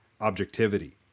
objectivity